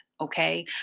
Okay